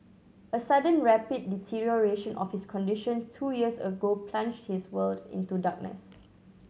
a sudden rapid deterioration of his condition two years ago plunged his world into darkness